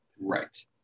right